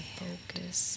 focus